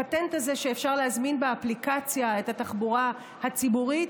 הפטנט הזה שאפשר להזמין באפליקציה את התחבורה הציבורית,